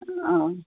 ஆ